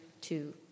two